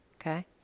Okay